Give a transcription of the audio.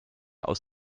aus